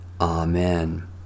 Amen